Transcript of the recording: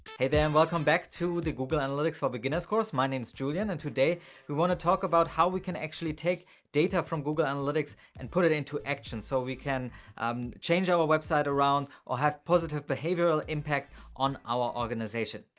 hey there and welcome back to google analytics for beginners course. my name is julian. and today we wanna talk about how we can actually take data from google analytics and put it into actions so we can change our website around or have positive behavioral impact on our organization.